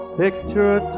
picture